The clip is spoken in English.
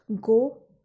go